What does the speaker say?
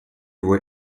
его